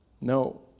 No